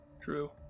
True